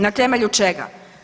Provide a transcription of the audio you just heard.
Na temelju čega?